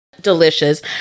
Delicious